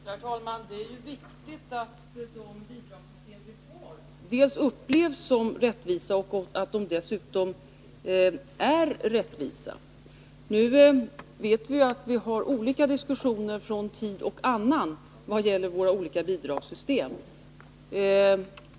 Herr talman! Det är viktigt att de bidragssystem vi har upplevs som rättvisa och att de dessutom är rättvisa. Som bekant har vi olika diskussioner från tid till annan vad gäller våra olika bidragssystem.